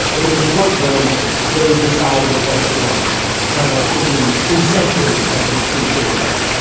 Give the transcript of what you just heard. that in the short term they decided it wasn't worth it. china thinking in centuries, as the cliche goes,